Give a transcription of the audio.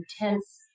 intense